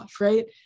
right